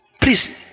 Please